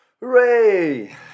Hooray